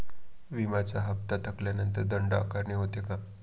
विम्याचा हफ्ता थकल्यानंतर दंड आकारणी होते का?